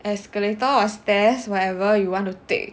escalators or stairs whhatever you want to take